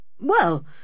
Well